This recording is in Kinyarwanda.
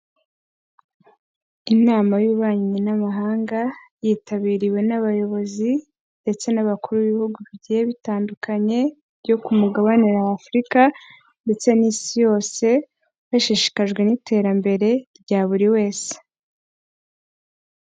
Inama y'ububanyi n'amahanga yitabiriwe n'abayobozi ndetse n'abakuru b'ibihugu bigiye bitandukanye byo ku mugabane w'Afurika ndetse n'isi yose, bashishikajwe n'iterambere rya buri wese.